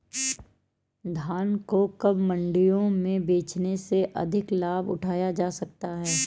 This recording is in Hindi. धान को कब मंडियों में बेचने से अधिक लाभ उठाया जा सकता है?